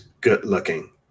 good-looking